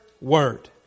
word